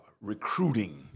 recruiting